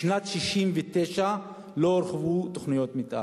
משנת 1969 לא הורחבו תוכניות מיתאר.